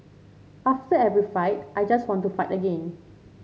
after every fight I just want to fight again